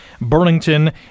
Burlington